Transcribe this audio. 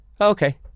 okay